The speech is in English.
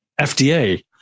FDA